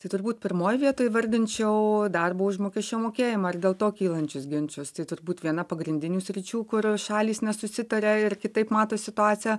tai turbūt pirmoj vietoj įvardinčiau darbo užmokesčio mokėjimą ir dėl to kylančius ginčus tai turbūt viena pagrindinių sričių kur šalys nesusitaria ir kitaip mato situaciją